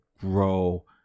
grow